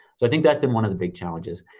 so i think that's been one of the big challenges.